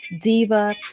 Diva